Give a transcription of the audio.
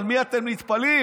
למי אתם נטפלים,